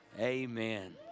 Amen